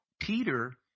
Peter